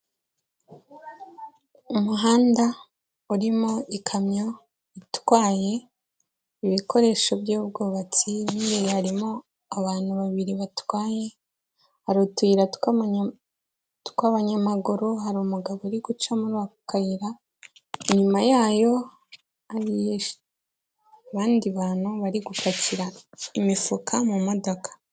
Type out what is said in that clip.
Umuhanda, urimo ikamyo, itwaye ibikoresho by'ubwubatsi, harimo abantu babiri batwaye, hari utuyira tw'abanyamaguru, hari umugabo uri guca muri ako kayira, inyuma yayo, hari abandi bantu bari gupakira imifuka mu modoka.